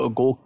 go